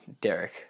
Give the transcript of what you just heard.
Derek